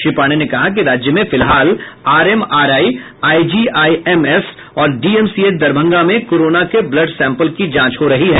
श्री पांडेय ने कहा कि राज्य में फिलहाल आरएमआरआई आइजीआइएमएस और डीएमसीएच दरभंगा में कोरोना के ब्लड सैंपल की जांच हो रही है